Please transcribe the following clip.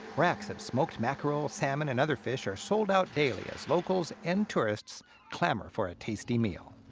racks of smoked mackerel, salmon, and other fish are sold out daily as locals and tourists clamor for a tasty meal.